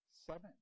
seven